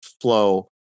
flow